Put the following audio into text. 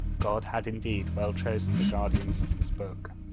god had indeed well chosen the guardians of his book.